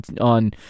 on